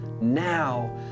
now